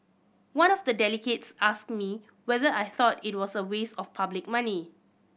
one of the delegates asked me whether I thought it was a waste of public money